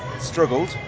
Struggled